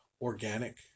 organic